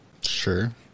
Sure